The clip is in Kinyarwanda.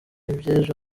iby’ejo